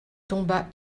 tomba